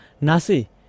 Nasi